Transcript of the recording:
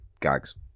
gags